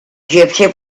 gypsy